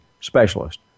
specialist